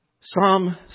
Psalm